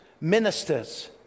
Ministers